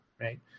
right